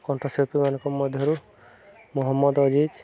କଣ୍ଠଶିଳ୍ପୀମାନଙ୍କ ମଧ୍ୟରୁ ମହମ୍ମଦ ଅଜିଜ୍